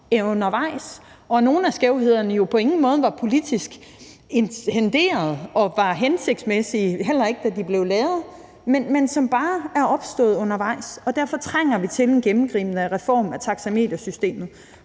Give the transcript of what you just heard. sig undervejs. Og nogle af skævhederne var jo på ingen måde politisk intenderet og heller ikke hensigtsmæssige, da de blev lavet, men er bare opstået undervejs. Og derfor trænger vi til en gennemgribende reform af taxametersystemet,